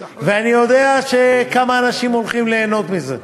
ואני יודע כמה אנשים הולכים ליהנות מזה.